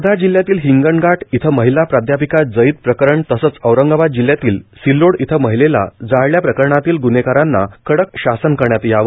वर्धा जिल्ह्यातील हिंगणघाट इथं महिला प्राध्यापिका जळीत प्रकरण तसेच औरंगाबाद जिल्ह्यातील सिल्लोड इथं महिलेला जाळल्या प्रकरणातील ग्न्हेगारांना कडक शासन करण्यात यावे